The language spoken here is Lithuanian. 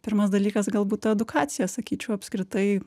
pirmas dalykas galbūt ta edukacija sakyčiau apskritai